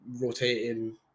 rotating